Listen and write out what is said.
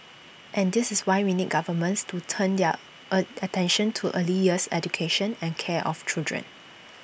and this is why we need governments to turn their A attention to early years education and care of children